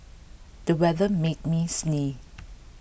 the weather made me sneeze